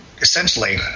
essentially